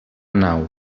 nau